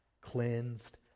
cleansed